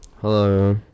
hello